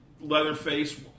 Leatherface